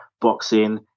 boxing